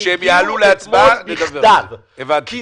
אני